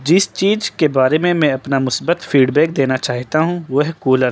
جس چیز کے بارے میں میں اپنا مثبت فیڈ بیک دینا چاہتا ہوں وہ ہے کولر